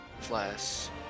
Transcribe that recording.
plus